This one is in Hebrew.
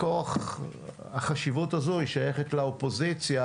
מכורח החשיבות הזאת היא שייכת לאופוזיציה,